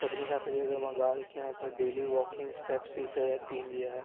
सभिनी खां पहिरीं अगरि मां ॻाल्हि कयां त डेली वॉकिंग स्टेप जी हिकु ऐप ईंदी आहे